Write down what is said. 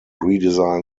redesign